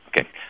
Okay